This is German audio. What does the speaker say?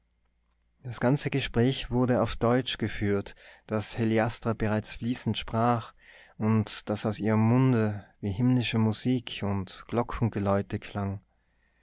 das ganze gespräch wurde auf deutsch geführt das heliastra bereits fließend sprach und das aus ihrem munde wie himmlische musik und glockengeläute klang